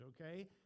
okay